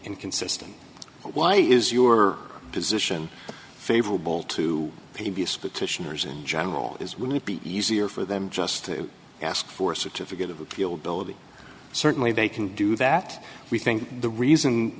inconsistent why is your position favorable to p b s petitioners in general is would it be easier for them just to ask for certificate of appeal below the certainly they can do that we think the reason